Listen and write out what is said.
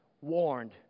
warned